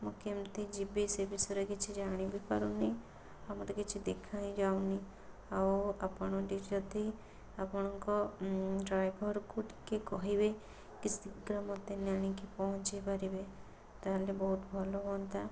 ମୁଁ କେମିତି ଯିବି ସେ ବିଷୟରେ କିଛି ବି ଜାଣିପାରୁନି ଆଉ ମୋତେ କିଛି ଦେଖା ହିଁ ଯାଉନି ଆଉ ଆପଣ ଟିକିଏ ଯଦି ଆପଣଙ୍କ ଡ୍ରାଇଭରକୁ ଟିକିଏ କହିବେ କି ଶୀଘ୍ର ମୋତେ ଆଣିକି ପହଞ୍ଚେଇ ପାରିବେ ତାହେଲେ ବହୁତ ଭଲ ହୁଅନ୍ତା